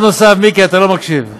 מיקי, אתה לא מקשיב.